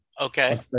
Okay